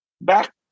back